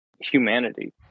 humanity